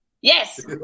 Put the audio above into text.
Yes